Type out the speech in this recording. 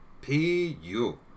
P-U